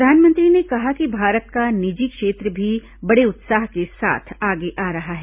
प्रधानमंत्री ने कहा कि भारत का निजी क्षेत्र भी बड़े उत्साह के साथ आगे आ रहा है